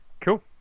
Cool